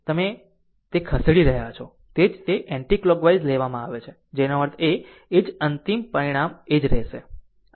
આમ તમે તે ખસેડી રહ્યા છો તે જ તે એન્ટિકલોકવાઇઝ લેવામાં આવે છે જેનો અર્થ એ જ અંતિમ પરિણામ એ જ રહેશે